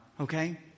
okay